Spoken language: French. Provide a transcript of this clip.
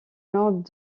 nord